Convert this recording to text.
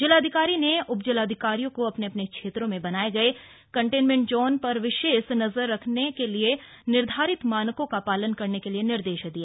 जिलाधिकारी ने उप जिलाधिकारियों को अपने अपने क्षेत्रों में बनाए गए कन्टेनमेंट जोन पर विशेष नजर रखते हुए निर्धारित मानकों का पालन करवाने के निर्देश दिए